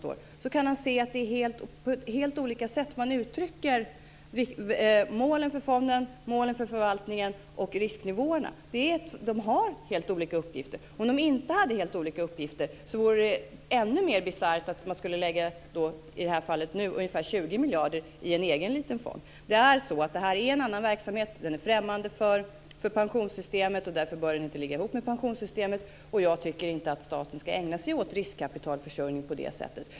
Då kan han se att man på helt olika sätt uttrycker målen för fonderna, målen för förvaltningarna och risknivåerna. De har helt olika uppgifter. Om de inte skulle ha helt olika uppgifter vore det ännu mer bisarrt att nu, som i det här fallet, lägga ungefär 20 miljarder i en egen liten fond. Det här är en annan verksamhet. Den är främmande för pensionssystemet. Därför bör den inte ligga ihop med pensionssystemet. Och jag tycker inte att staten ska ägna sig åt riskkapitalförsörjning på det här sättet.